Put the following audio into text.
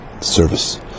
service